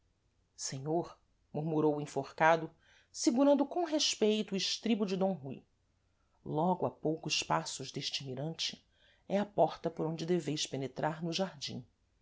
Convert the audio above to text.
hera senhor murmurou o enforcado segurando com respeito o estribo de d rui logo a poucos passos dêste mirante é a porta por onde deveis penetrar no jardim